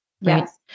Yes